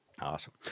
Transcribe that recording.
awesome